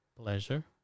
pleasure